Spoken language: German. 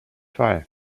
zwei